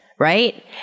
right